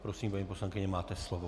Prosím, paní poslankyně, máte slovo.